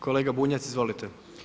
Kolega Bunjac, izvolite.